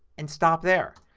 and stop there.